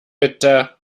bitte